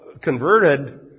converted